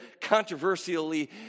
controversially